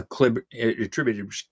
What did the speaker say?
attributed